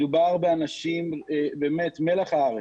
מדובר באנשים מלח הארץ.